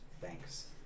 Thanks